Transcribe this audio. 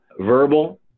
verbal